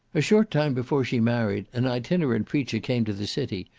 a short time before she married, an itinerant preacher came to the city,